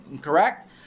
correct